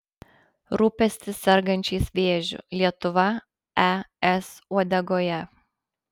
rūpestis sergančiais vėžiu lietuva es uodegoje